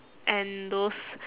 and those